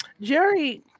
Jerry